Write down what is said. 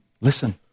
Listen